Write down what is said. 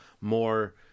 more